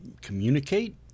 communicate